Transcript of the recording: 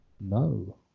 No